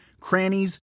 crannies